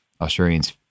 Australians